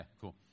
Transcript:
cool